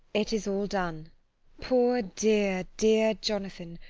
it is all done poor dear, dear jonathan,